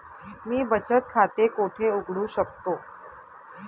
मी बचत खाते कोठे उघडू शकतो?